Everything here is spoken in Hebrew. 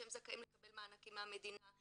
שהם זכאים לקבל מענקים מהמדינה,